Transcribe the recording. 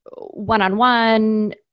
one-on-one